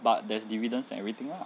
but there's dividends and everything lah